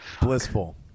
Blissful